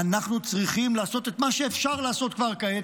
אנחנו צריכים לעשות מה שאפשר לעשות כבר כעת,